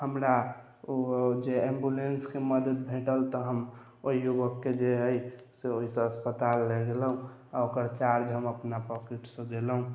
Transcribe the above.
हमरा ओ जे ऐम्ब्युलन्सके मदद भेटल तऽ हम ओहि युवकके जे है से ओहि से अस्पताल लऽ गेलहुॅं आ ओकर चार्ज हम अपना पॉकेट से देलहुॅं